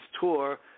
tour